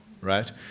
right